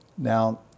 Now